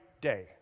day